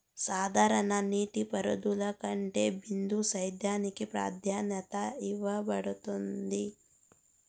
సాధారణ నీటిపారుదల కంటే బిందు సేద్యానికి ప్రాధాన్యత ఇవ్వబడుతుంది